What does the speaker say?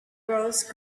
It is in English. rose